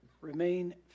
remain